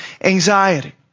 anxiety